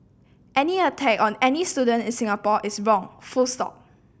any attack on any student in Singapore is wrong full stop